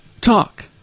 talk